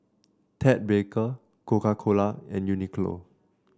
Ted Baker Coca Cola and Uniqlo